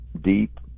deep